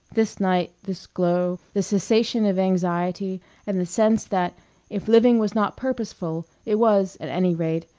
this night, this glow, the cessation of anxiety and the sense that if living was not purposeful it was, at any rate,